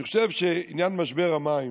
אני חושב שעניין משבר המים